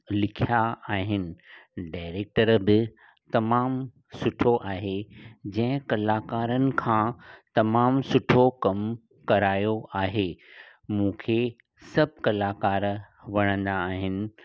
लिखिया आहिनि डारेक्टर बि तमामु सुठो आहे जंहिं कलाकारनि खां तमामु सुठो कमु करायो आहे मूंखे सभु कलाकार वणंदा आहिनि